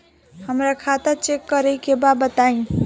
हमरा खाता चेक करे के बा बताई?